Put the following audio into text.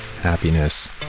happiness